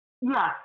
Yes